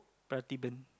Prativedan